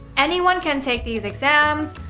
anyone can take these exams.